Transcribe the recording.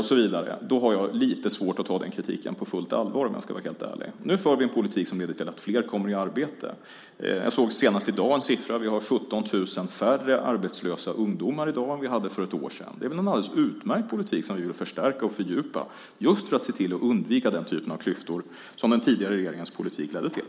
Men då har jag lite svårt att ta den här kritiken på fullt allvar, om jag ska vara helt ärlig. Nu för vi en politik som leder till att fler kommer i arbete. Jag såg senast i dag en siffra. Vi har 17 000 färre arbetslösa ungdomar i dag än vi hade för ett år sedan. Det är väl en alldeles utmärkt politik. Den vill vi förstärka och fördjupa just för att se till att undvika den typ av klyftor som den tidigare regeringens politik ledde till.